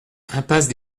impasse